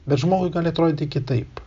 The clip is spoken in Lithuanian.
bet žmogui gali atrodyti kitaip